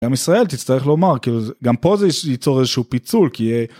גם ישראל תצטרך לומר כאילו גם פה זה ייצור איזשהו פיצול כי יהיה